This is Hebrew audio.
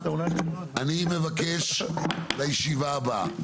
אני מבקש לישיבה הבאה,